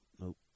Nope